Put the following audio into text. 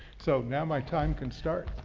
so now my time can start.